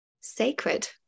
sacred